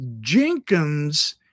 Jenkins